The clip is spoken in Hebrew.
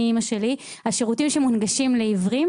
בגלל אימא שלי השירותים שמונגשים לעיוור,